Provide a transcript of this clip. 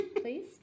please